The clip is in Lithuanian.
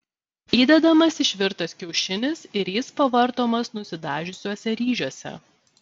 įdedamas išvirtas kiaušinis ir jis pavartomas nusidažiusiuose ryžiuose